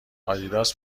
آدیداس